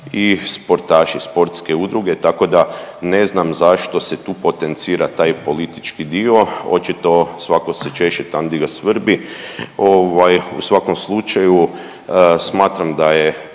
i sportaši, sportske udruge tako da ne znam zašto se tu potencira taj politički dio. Očito svatko se češe tam di ga svrbi. U svakom slučaju smatram da je